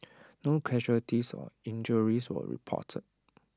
no casualties or injuries were reported